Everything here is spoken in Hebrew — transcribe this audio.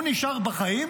הוא נשאר בחיים,